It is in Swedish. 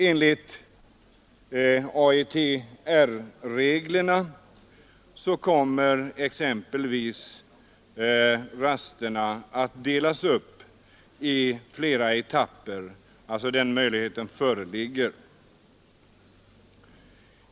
Enligt AETR reglerna kommer exempelvis möjlighet att föreligga att dela upp rasterna i flera etapper.